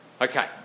Okay